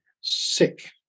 sick